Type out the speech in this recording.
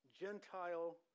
Gentile